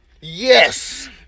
Yes